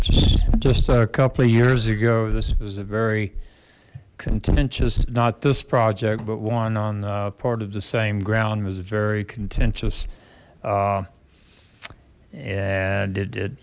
able just a couple of years ago this was a very contentious not this project but one on the part of the same ground was very contentious and it